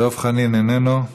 דב חנין, איננו,